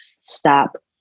stop